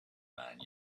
man